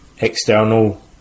external